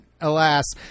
alas